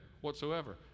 whatsoever